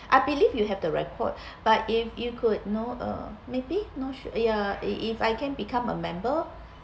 I believe you have the record but if you could know uh maybe not sure ya if I can become a member